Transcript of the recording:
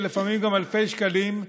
ולפעמים גם באלפי שקלים,